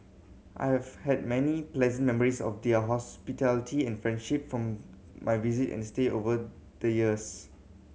I have had many pleasant memories of their hospitality and friendship from my visit and stay over the years